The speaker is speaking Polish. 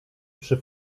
przy